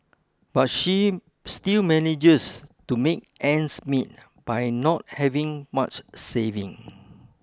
but she still manages to make ends meet by not having much saving